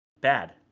Bad